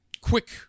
quick